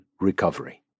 recovery